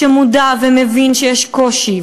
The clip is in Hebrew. שמודע ומבין שיש קושי,